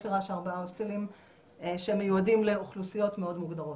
יש לרש"א ארבעה הוסטלים שמיועדים לאוכלוסיות מאוד מוגדרות.